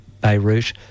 Beirut